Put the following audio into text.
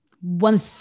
One